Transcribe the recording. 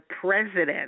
president